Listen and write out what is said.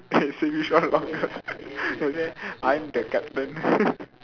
then he say which one vulgar then he say I am the captain